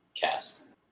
cast